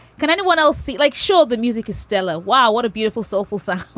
can anyone else see? like, sure, the music is stellar. wow. what a beautiful, soulful side.